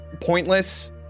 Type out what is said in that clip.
pointless